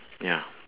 ya